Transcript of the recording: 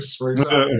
right